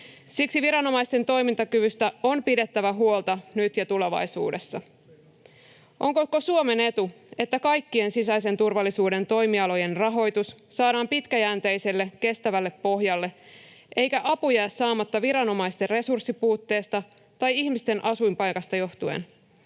Siksi viranomaisten toimintakyvystä on pidettävä huolta nyt ja tulevaisuudessa. On koko Suomen etu, että kaikkien sisäisen turvallisuuden toimialojen rahoitus saadaan pitkäjänteiselle, kestävälle pohjalle eikä apu jää saamatta viranomaisten resurssipuutteesta tai ihmisten asuinpaikasta johtuen.